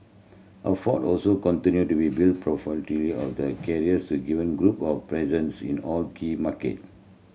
also continue to be build of the carriers to given group a presence in all key market